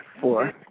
Four